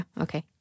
Okay